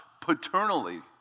paternally